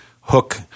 hook